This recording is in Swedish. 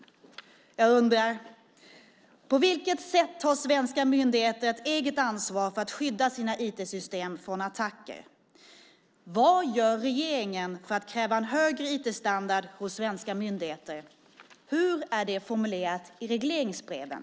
Jag undrar på vilket sätt svenska myndigheter tar ett eget ansvar för att skydda sina IT-system från attacker. Vad gör regeringen för att kräva en högre IT-standard hos svenska myndigheter? Hur är det formulerat i regleringsbreven?